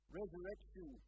resurrection